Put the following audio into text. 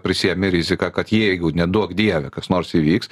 prisiėmi riziką kad jeigu neduok dieve kas nors įvyks